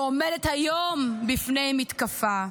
שעומדת היום בפני מתקפה.